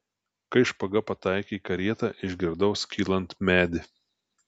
kai špaga pataikė į karietą išgirdau skylant medį